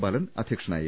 ബാലൻ അധ്യക്ഷനായിരുന്നു